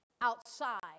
outside